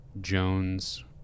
jones